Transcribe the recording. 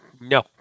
No